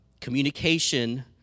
communication